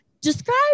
describe